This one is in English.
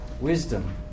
wisdom